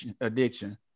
addiction